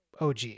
OG